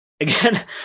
Again